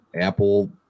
apple